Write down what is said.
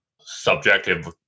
subjective